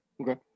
Okay